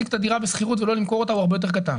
את הדירה בשכירות ולא למכור אותה הוא הרבה יותר קטן